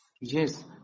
yes